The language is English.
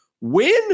win